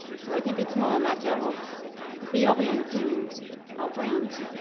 so i think it's more a matter of reorienting our brains,